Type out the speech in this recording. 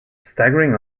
staggering